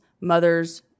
mothers